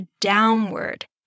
downward